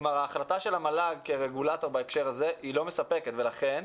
כלומר ההחלטה של המל"ג כרגולטור בהקשר הזה היא לא מספקת ולכן,